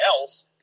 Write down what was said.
else